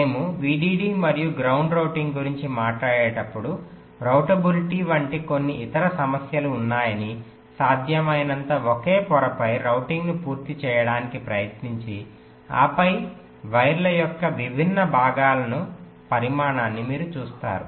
మేము VDD మరియు ground routing గురించి మాట్లాడేటప్పుడు రౌటబిలిటీ వంటి కొన్ని ఇతర సమస్యలు ఉన్నాయని సాధ్యమైనంత ఒకే పొరపై రౌటింగ్ను పూర్తి చేయడానికి ప్రయత్నించి ఆపై వైర్ల యొక్క విభిన్న విభాగాల పరిమాణాన్ని మీరు చూస్తారు